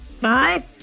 Bye